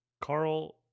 Carl